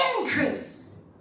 increase